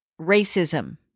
racism